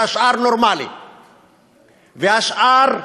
והשאר נורמלי,